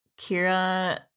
Kira